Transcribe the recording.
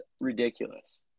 ridiculous